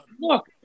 Look